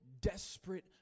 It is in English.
desperate